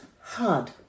hard